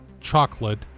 chocolate